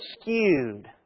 skewed